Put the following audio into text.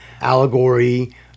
allegory